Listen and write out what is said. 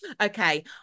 Okay